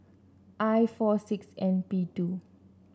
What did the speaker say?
I four six N P two